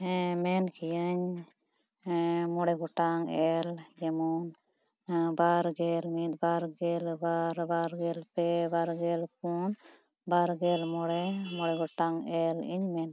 ᱦᱮᱸ ᱢᱮᱱᱠᱤᱭᱟᱹᱧ ᱢᱚᱬᱮᱜᱚᱴᱟᱝ ᱮᱞ ᱡᱮᱢᱚᱱ ᱵᱟᱨᱜᱮᱞ ᱢᱤᱫ ᱵᱟᱨᱜᱮᱞ ᱵᱟᱨ ᱵᱟᱨᱜᱮᱞ ᱯᱮ ᱵᱟᱨᱜᱮᱞ ᱯᱩᱱ ᱵᱟᱨᱜᱮᱞ ᱢᱚᱬᱮ ᱢᱚᱬᱮ ᱜᱚᱴᱟᱝ ᱮᱞ ᱤᱧ ᱢᱮᱱ ᱠᱮᱫᱟ